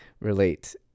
relate